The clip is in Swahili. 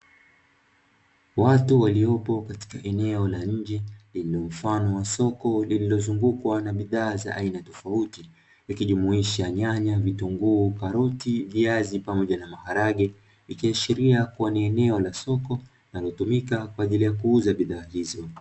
Watu waliopo katika eneo la nje lililo mfano wa soko lililozungukwa na bidhaa za aina tofauti likijumuisha nyanya, vitunguu, karoti, viazi pamoja na maharage, ikiashiria kuwa ni eneo la soko linalotumika kwa ajili ya kuuza bidhaa hizo.